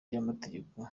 by’amategeko